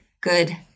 good